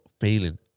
failing